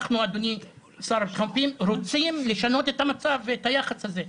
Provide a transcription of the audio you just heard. אדוני השר לביטחון הפנים רוצים לשנות את המצב ואת היחס הזה.